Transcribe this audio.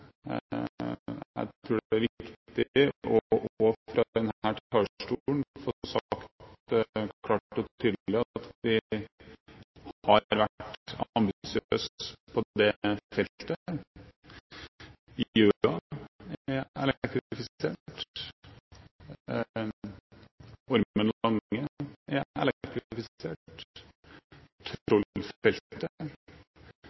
Jeg tror det er viktig, også fra denne talerstolen, å få sagt klart og tydelig at vi har vært ambisiøse på det feltet. Gjøa er elektrifisert, Ormen